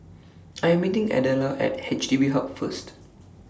I'm meeting Adela At H D B Hub First